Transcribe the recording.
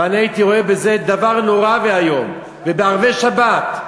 ואני הייתי רואה בזה דבר נורא ואיום, ובערבי שבת,